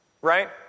Right